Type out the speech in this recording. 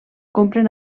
compren